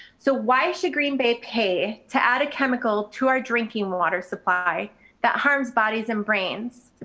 so why should green bay pay to add a chemical to our drinking water supply that harms bodies and brains.